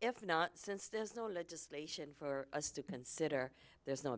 if not since there's no legislation for us to consider there's no